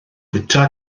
fwyta